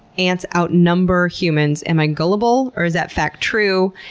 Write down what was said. ants outnumber humans. am i gullible or is that fact true?